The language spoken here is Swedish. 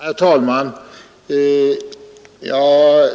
Herr talman!